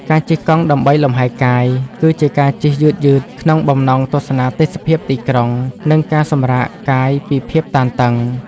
ការជិះកង់ដើម្បីលំហែកាយ គឺជាការជិះយឺតៗក្នុងបំណងទស្សនាទេសភាពទីក្រុង និងការសម្រាកកាយពីភាពតានតឹង។